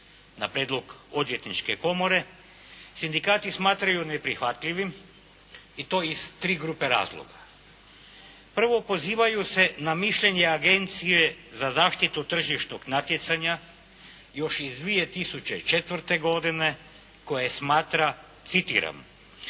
na prijedlog Odvjetničke komore sindikati smatraju neprihvatljivim i to iz tri grupe razloga. Prvo, pozivaju se na mišljenje Agencije za zaštitu tržišnog natjecanja još iz 2004. godine koja je smatra, citiram: